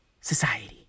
society